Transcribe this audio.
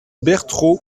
bertraud